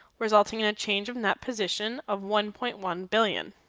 resulting in a change of in that position of one point one billion.